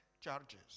charges